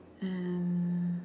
and